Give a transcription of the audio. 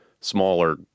smaller